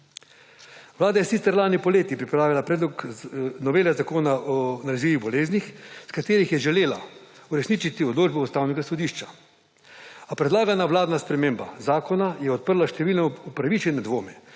Vlada je sicer lani poleti pripravila predlog novele Zakona o nalezljivih boleznih, s katerim je želela uresničiti odločbo Ustavnega sodišča, a predlagana vladna sprememba zakona je odprla številne upravičene dvome,